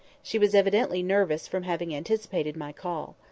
she was evidently nervous from having anticipated my call.